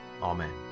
Amen